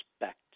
respect